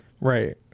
right